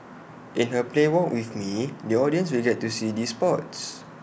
in her play walk with me the audience will get to see these spots